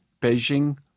Beijing